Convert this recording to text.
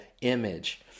image